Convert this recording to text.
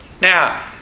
Now